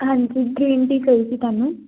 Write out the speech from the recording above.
ਹਾਂਜੀ green tea ਚਾਹੀਦੀ ਤੁਹਾਨੂੰ